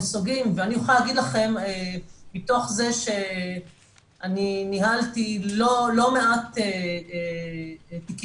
אני יכולה להגיד לכם מתוך זה שאני ניהלתי לא מעט תיקים